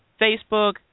Facebook